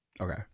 Okay